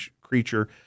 creature